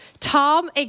Tom